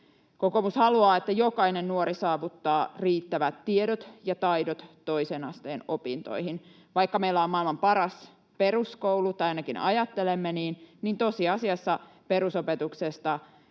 Kokoomus haluaa, että jokainen nuori saavuttaa riittävät tiedot ja taidot toisen asteen opintoihin. Vaikka meillä on maailman paras peruskoulu, tai ainakin ajattelemme niin, niin tosiasiassa perusopetuksen